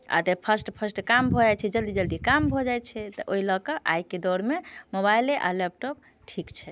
आ तऽ fast fast काम भऽ जाइ छै जल्दी जल्दी काम भऽ जाइ छै तऽ ओहि लऽ कऽ आइके दौरमे मोबाइले आ लैपटॉप ठीक छै